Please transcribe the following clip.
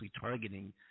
targeting